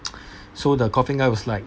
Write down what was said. so the coughing guy was like